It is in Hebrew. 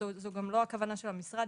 זו גם לא כוונת המשרד.